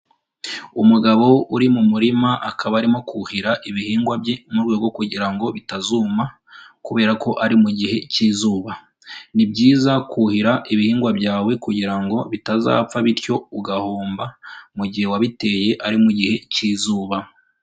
Umugabo uri mu murima, akaba arimo kuhira ibihingwa bye mu rwego rwo kugira ngo bitazuma kubera ko ari mu gihe cy'izuba. Ni byiza kuhira ibihingwa byawe kugira ngo bitazapfa bityo ugahomba, mu gihe wabiteye ari mu gihe cy'izuba.